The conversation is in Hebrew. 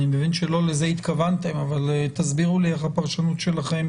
אני מבין שלא לזה התכוונתם אבל תסבירו לי איך הפרשנות שלכם